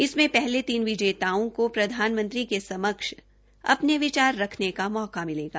इसमें पहले तीन विजेताओं को प्रधानमंत्री के समक्ष अपने विचार रखने का मौका मिलेगा